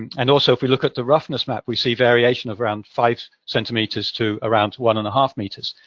and also, if we look at the roughness map, we see variation of around five centimeters to around one-and-a-half meters.